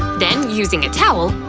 then, using a towel,